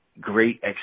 great